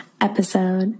episode